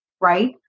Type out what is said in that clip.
right